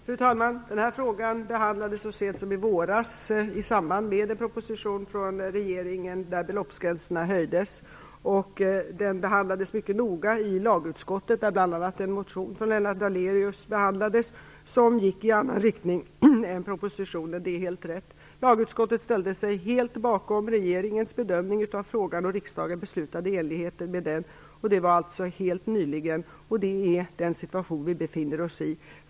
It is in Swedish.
Fru talman! Den här frågan behandlades så sent som i våras i samband med en proposition från regeringen, varvid beloppsgränserna höjdes. Den genomgicks mycket noga i lagutskottet, där man bl.a. behandlade en motion från Lennart Daléus, som mycket riktigt gick i annan riktning än propositionen. Lagutskottet ställde sig helt bakom regeringens bedömning av frågan, och riksdagen beslutade i enlighet med den. Detta skedde alltså helt nyligen, och det är den situation som vi nu befinner oss i.